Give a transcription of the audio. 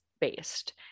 based